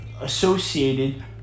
associated